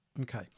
okay